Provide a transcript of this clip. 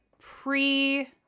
pre